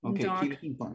Okay